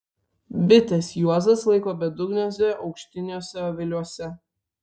bites juozas laiko bedugniuose aukštiniuose aviliuose